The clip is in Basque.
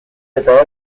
eta